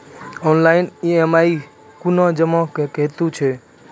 Online EMI कूना जमा हेतु छै?